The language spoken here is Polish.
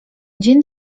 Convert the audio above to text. dzień